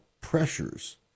pressures